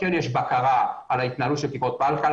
יש בקרה על ההתנהלות של תקרת פלקל.